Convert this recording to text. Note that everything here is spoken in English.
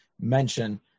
mention